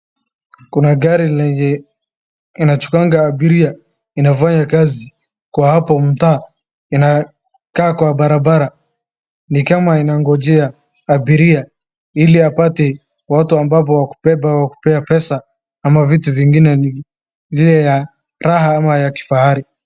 Kuna gari lenye inachukuanga abiria inafanya kazi kwa hapo mtaa inayokaa kwa barabara ni kama inagonjea abiria ili apate watu ambapo wakubeba wa kupea pesa ama vitu vingine vile ya raha ama ya kifahari.